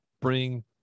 bring